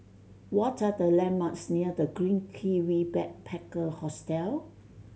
what are the landmarks near The Green Kiwi Backpacker Hostel